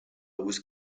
was